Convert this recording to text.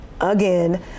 again